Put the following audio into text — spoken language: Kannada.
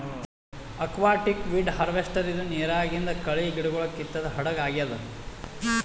ಅಕ್ವಾಟಿಕ್ ವೀಡ್ ಹಾರ್ವೆಸ್ಟರ್ ಇದು ನಿರಾಗಿಂದ್ ಕಳಿ ಗಿಡಗೊಳ್ ಕಿತ್ತದ್ ಹಡಗ್ ಆಗ್ಯಾದ್